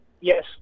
Yes